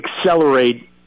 accelerate